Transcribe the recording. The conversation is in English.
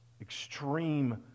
Extreme